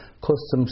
customs